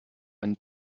einen